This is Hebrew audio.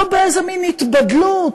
לא באיזה מין התבדלות,